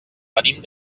venim